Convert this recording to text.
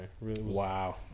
Wow